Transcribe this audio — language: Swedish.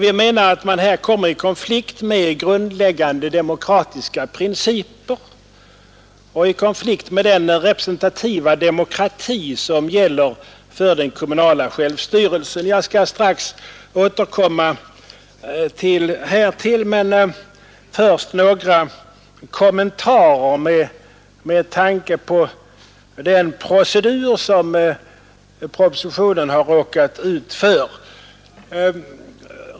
Vi menar att man här kommer i konflikt med grundläggande demokratiska principer, med den representativa demokrati som gäller för den kommunala självstyrelsen. Jag skall strax återkomma härtill — men först några kommentarer med tanke på den procedur som propositionen har råkat ut för.